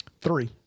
Three